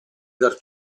dar